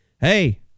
hey